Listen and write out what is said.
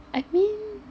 I mean